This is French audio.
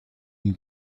une